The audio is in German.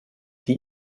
die